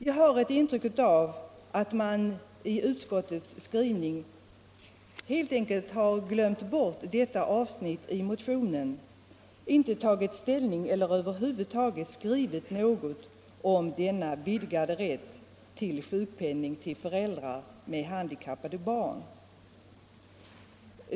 Jag har ett intryck av att utskottet helt enkelt har glömt bort detta avsnitt i motionen och inte tagit ställning till eller över huvud taget skrivit någonting om denna vidgade rätt till sjukpenning för förälder med handikappat barn.